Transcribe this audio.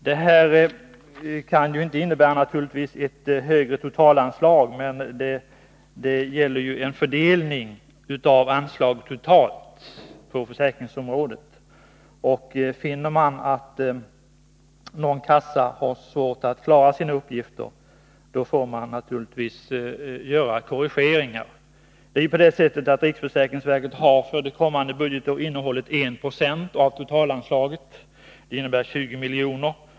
Det här kan naturligtvis inte innebära ett högre totalanslag, utan det är fråga om en fördelning av anslaget totalt på försäkringsområdet. Finner man att någon kassa har svårt att klara sina uppgifter får man naturligtvis göra korrigeringar. Riksförsäkringsverket har för det kommande budgetåret innehållit 1 70 av totalanslaget — det innebär 20 miljoner.